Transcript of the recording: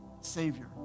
savior